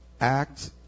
act